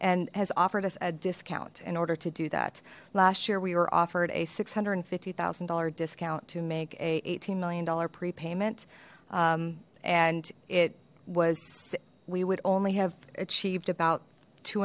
and has offered us a discount in order to do that last year we were offered a six hundred and fifty thousand dollars discount to make a eighteen million dollar prepayment and it was we would only have achieved about two